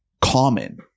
common